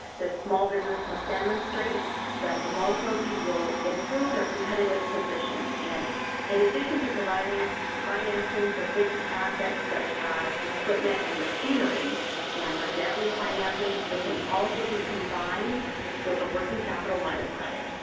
this small business must demonstrate that the loan proceeds will improve their competitive position, and in addition to providing financing for fixed assets such as equipment and machinery and for debt refinancing, it can also be combined with a working capital line of credit.